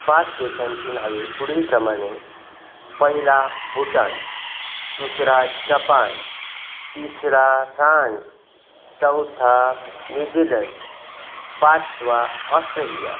पाच देशांची नावे पुढीलप्रमाणे पहिला भूटान दुसरा जपान तिसरा फ्रान्स चौथा न्यूझीलंड पाचवा ऑस्ट्रेलिया